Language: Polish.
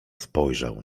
spojrzał